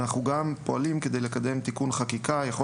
אנחנו גם פועלים כדי לקדם תיקון חקיקה יכול